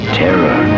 terror